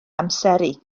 amseru